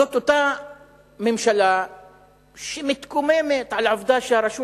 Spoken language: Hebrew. זאת אותה ממשלה שמתקוממת על העובדה שהרשות